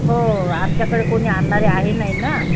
हो आमच्याकडं कोणी आणणारे आहे नाही ना